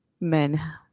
men